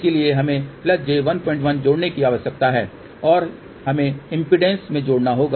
इसलिए हमें j11 जोड़ने की आवश्यकता है और हमें इम्पीडेन्स में जोड़ना होगा